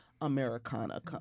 Americana